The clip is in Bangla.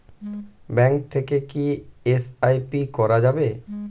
ব্যাঙ্ক থেকে কী এস.আই.পি করা যাবে?